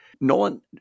Nolan